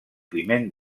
climent